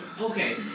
Okay